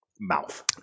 mouth